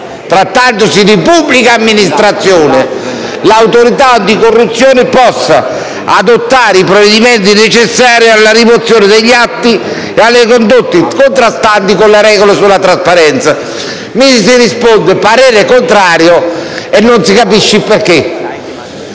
trattandosi di pubblica amministrazione, l'Autorità anticorruzione possa adottare i provvedimenti necessari alla rimozione degli atti e alle condotte contrastanti con le regole sulla trasparenza. Su questo emendamento viene però espresso parere contrario e non si capisce perché.